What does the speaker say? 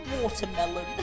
watermelon